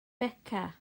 beca